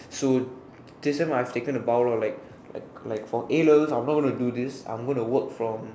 so this time I taken the vowels like like like for A-level I won't gonna do this I gonna work from